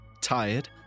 tired